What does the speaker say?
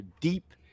deep